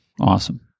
Awesome